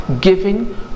giving